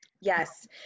Yes